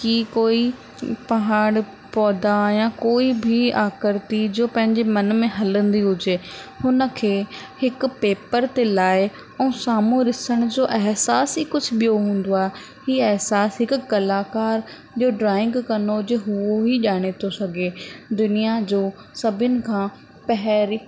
कि कोई पहाड़ पौधा या कोई बि आकृति जो पंहिंजे मन में हलंदी हुजे हुनखे हिक पेपर ते लाहे ऐं साम्हूं ॾिसण जो अहिसास ई कुझु ॿियो हूंदो आहे ही अहिसासु हिक कलाकार जो ड्राइंग कंदो हुजे हू ही ॼाणे थो सघे दुनिया जो सभिनि खां पहिरीं